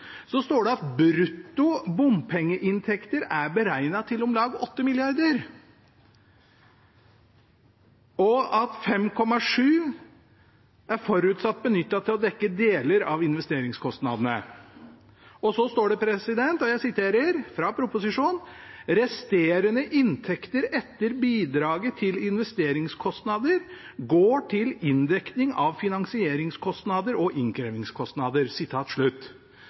så står det, jeg siterer fra proposisjonen: «Resterende inntekter etter bidraget til investeringskostnader går til inndekning av finansieringskostnader og innkrevingskostnader.»